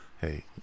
Hey